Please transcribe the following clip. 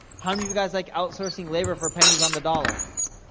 how many of you guys like outsourcing labor for pennies on the dollar?